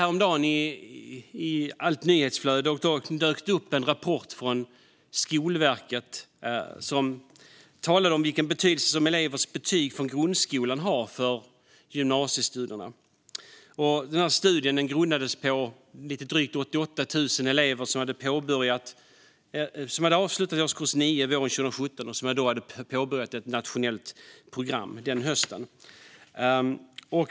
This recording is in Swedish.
Häromdagen tittade jag i nyhetsflödet, och då dök det upp en rapport från Skolverket där det talades om vilken betydelse elevers betyg från grundskolan har för gymnasiestudierna. Studien grundades på lite drygt 88 000 elever som hade avslutat årskurs 9 våren 2017 och påbörjat ett nationellt program den hösten.